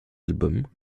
albums